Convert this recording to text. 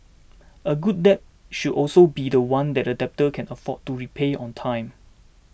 a good debt should also be one that the debtor can afford to repay on time